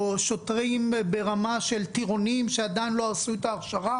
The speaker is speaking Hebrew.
או שוטרים ברמה של טירונים שעדיין לא עשו את ההכשרה